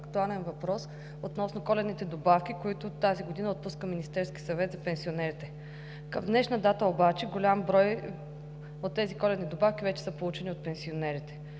актуален въпрос относно коледните добавки, които тази година отпуска Министерският съвет за пенсионерите. Към днешна дата обаче голям брой от тези коледни добавки вече са получени от пенсионерите.